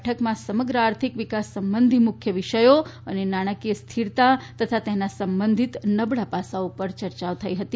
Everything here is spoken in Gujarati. બેઠકમાં સમગ્ર આર્થિક વિકાસ સંબંધી મુખ્ય વિષયો અને નાણાકીય સ્થિરતા તથા તેના સંબંધિત નબળા પાસાઓ ઉપર ચર્ચા થઇ હતી